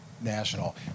national